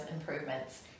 improvements